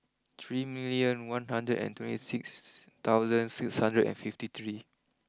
three million one hundred and twenty six thousand six hundred and fifty three